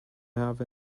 have